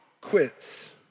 quits